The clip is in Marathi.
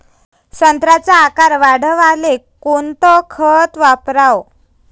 संत्र्याचा आकार वाढवाले कोणतं खत वापराव?